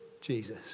Jesus